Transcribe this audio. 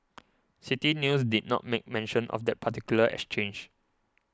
City News did not make mention of that particular exchange